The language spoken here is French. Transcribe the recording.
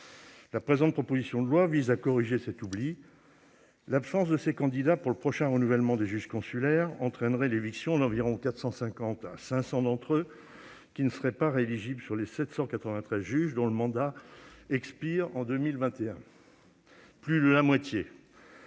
La présente proposition de loi vise à corriger cet oubli. L'absence de ces candidats pour le prochain renouvellement des juges consulaires entraînerait l'éviction d'environ 450 à 500 d'entre eux, qui ne seraient pas rééligibles, sur les 793 juges dont le mandat expire en 2021, soit plus de la moitié.